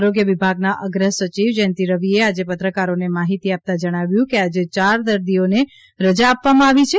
આરોગ્ય વિભાગના અગ્રસચિવ જયંતિ રવિએ આજે પત્રકારોને આ માહિતી આપતાં જણાવ્યું કે આજે ચાર દર્દીઓને રજા આપવામાં આવી છે